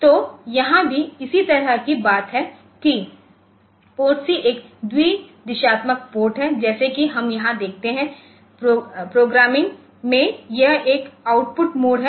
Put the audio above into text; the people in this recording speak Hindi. तो यहाँ भी इसी तरह की बात है कि PORT C एक द्वि दिशात्मक पोर्ट है जैसा कि हम यहाँ देखते हैं प्रोग्रामिंग में यह एक आउटपुट मोड है